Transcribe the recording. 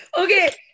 Okay